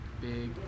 big